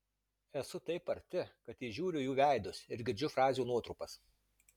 esu taip arti kad įžiūriu jų veidus ir girdžiu frazių nuotrupas